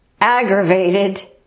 aggravated